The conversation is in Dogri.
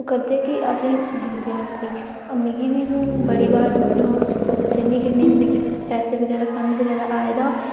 ओह् करदे की असेंगी दिंदे नौकरी मिगी बी हून बड़ी बार मतलब अं'ऊ जन्नी किन्नी ते मिगी पैसे फंड बगैरा आए दा